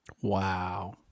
Wow